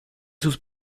sus